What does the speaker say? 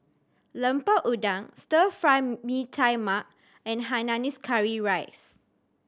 Lemper Udang Stir Fry Mee Tai Mak and hainanese curry rice